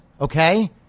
okay